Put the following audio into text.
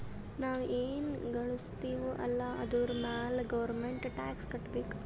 ನಾವ್ ಎನ್ ಘಳುಸ್ತಿವ್ ಅಲ್ಲ ಅದುರ್ ಮ್ಯಾಲ ಗೌರ್ಮೆಂಟ್ಗ ಟ್ಯಾಕ್ಸ್ ಕಟ್ಟಬೇಕ್